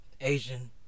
Asian